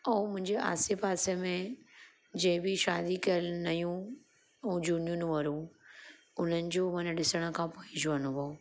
ऐं मुंहिंजे आसे पासे में जंहिं बि शादी करे नयूं ऐं झूनियूं नूंहंरियूं उन्हनि जूं माना ॾिसण खां पोइ जो अनुभव